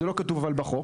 זה לא כתוב אבל בחוק,